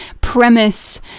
premise